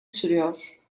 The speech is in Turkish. sürüyor